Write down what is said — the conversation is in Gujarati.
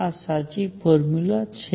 આ સાચી ફોર્મ્યુલા છે